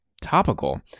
topical